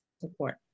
support